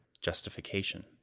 justification